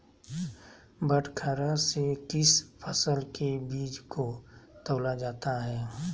बटखरा से किस फसल के बीज को तौला जाता है?